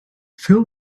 fill